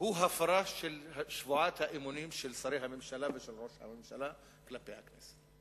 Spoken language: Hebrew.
הוא הפרה של שבועת האמונים של שרי הממשלה ושל ראש הממשלה כלפי הכנסת.